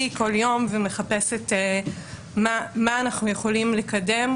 כל יום ומחפשת מה אנחנו יכולים לקדם.